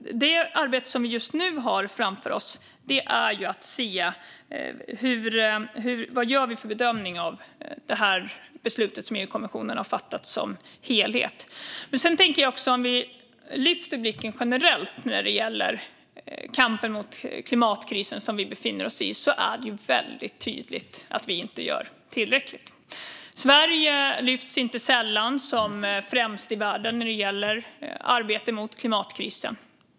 Det arbete som vi just nu har framför oss är att bedöma beslutet som EU-kommissionen har fattat som helhet. Men vi kan också lyfta blicken generellt när det gäller kampen mot klimatkrisen, som vi befinner oss i. Då är det väldigt tydligt att vi inte gör tillräckligt. Sverige lyfts inte sällan fram som främst i världen när det gäller arbetet mot klimatkrisen.